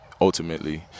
ultimately